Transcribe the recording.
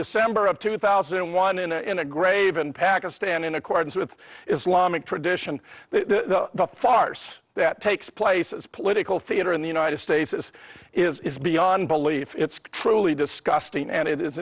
december of two thousand and one in a in a grave in pakistan in accordance with islamic tradition the farce that takes place as political theater in the united states this is beyond belief it's truly disgusting and it i